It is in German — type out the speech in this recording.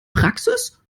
praxis